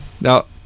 Now